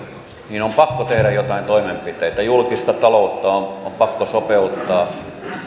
niin on pakko tehdä joitain toimenpiteitä julkista ta loutta on on pakko sopeuttaa